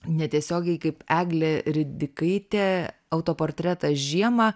netiesiogiai kaip eglė ridikaitė autoportretas žiemą